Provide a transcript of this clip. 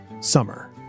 Summer